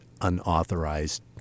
unauthorized